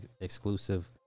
exclusive